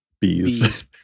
Bees